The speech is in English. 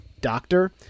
doctor